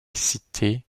cité